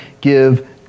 give